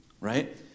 right